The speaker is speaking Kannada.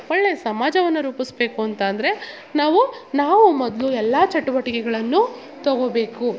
ಒಳ್ಳೆ ಸಮಾಜವನ್ನು ರೂಪಿಸ್ಬೇಕು ಅಂತಂದರೆ ನಾವು ನಾವು ಮೊದಲು ಎಲ್ಲ ಚಟುವಟಿಕೆಗಳನ್ನು ತೊಗೋಬೇಕು